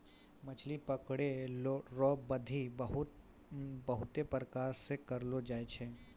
मछली पकड़ै रो बिधि बहुते प्रकार से करलो जाय छै